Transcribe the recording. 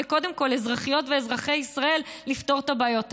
קודם כול לאזרחיות ואזרחי ישראל לפתור את הבעיות האלה.